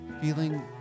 feeling